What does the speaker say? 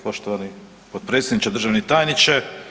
Poštovani potpredsjedniče, državni tajniče.